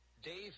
Dave